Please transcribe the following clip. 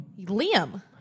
Liam